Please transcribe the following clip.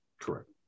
correct